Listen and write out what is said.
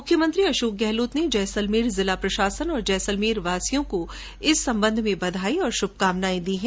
मुख्यमंत्री श्री अशोक गहलोत ने जैसलमेर जिला प्रशासन और जैसलमेर वासियों को इस संबंध में बधाई और श्भकामनायें दी है